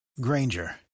Granger